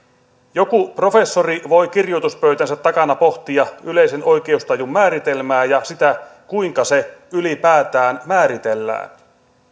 joku professori voi kirjoituspöytänsä takana pohtia yleisen oikeustajun määritelmää ja sitä kuinka se ylipäätään määritellään